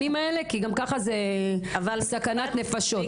ככה זו סכנת נפשות.